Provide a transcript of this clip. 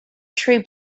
tree